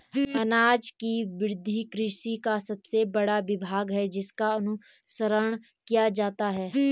अनाज की वृद्धि कृषि का सबसे बड़ा विभाग है जिसका अनुसरण किया जाता है